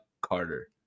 carter